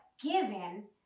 given